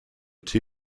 two